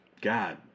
God